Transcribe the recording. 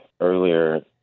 Earlier